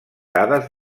dades